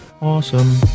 awesome